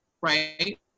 right